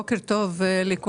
בוקר טוב לכולם,